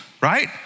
right